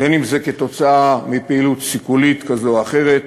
אם בשל פעילות סיכולית כזאת או אחרת,